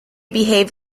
behave